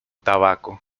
tabaco